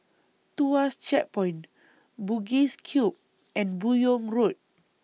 Tuas Checkpoint Bugis Cube and Buyong Road